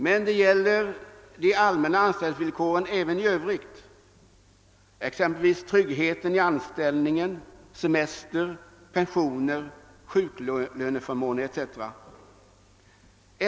Men det gäller även anställningsvillkoren i övrigt såsom tryggheten i anställningen, semester, pensioner och sjuklöneförmåner.